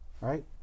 right